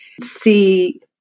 see